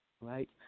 right